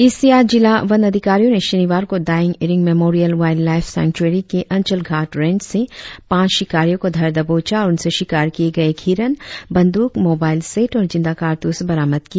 east Siang जिला वन अधिकारियों ने शनिवार को Daying Ering memorial wildlife sanctuary के अंचलघाट रेंज से पांच शिकारियों को धर दबोचा और उनसे शिकार किए गए एक हिरन बंदूक मोबाईल सेट और जिंदा कारतूस बरामद किया